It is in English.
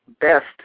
best